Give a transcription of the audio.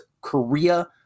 Korea